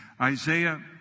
Isaiah